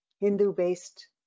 Hindu-based